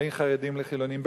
בין חרדים לחילונים,